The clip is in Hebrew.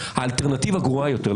האלטרנטיבה גרועה יותר,